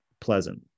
pleasant